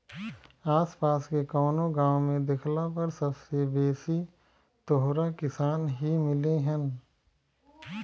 आस पास के कवनो गाँव में देखला पर सबसे बेसी तोहरा किसान ही मिलिहन